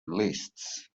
lists